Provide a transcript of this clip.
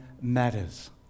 matters